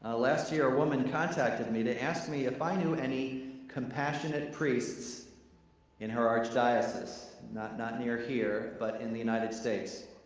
ah last year, a woman contacted me to ask me if i knew any compassionate priests in her archdiocese, not not near here but in the united states.